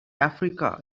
africa